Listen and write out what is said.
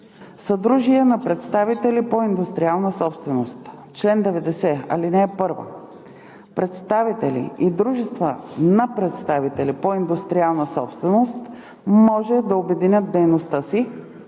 Съдружие на представители по индустриална собственост Чл. 90. (1) Представители и дружества на представители по индустриална собственост може да обединяват дейността си